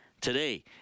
today